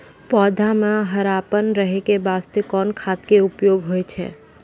पौधा म हरापन रहै के बास्ते कोन खाद के उपयोग होय छै?